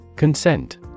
Consent